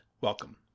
Welcome